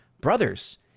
brothers